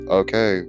okay